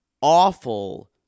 awful